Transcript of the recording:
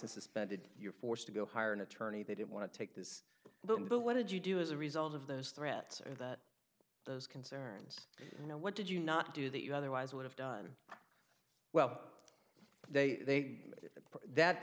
license suspended you're forced to go hire an attorney they don't want to take this but but what did you do as a result of those threats or that those concerns you know what did you not do that you otherwise would have done well they are that